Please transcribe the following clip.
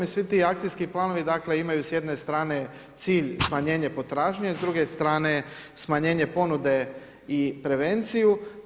I svi ti akcijski planovi, dakle imaju s jedne strane cilj smanjenje potražnje, a s druge strane smanjenje ponude i prevenciju.